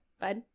bud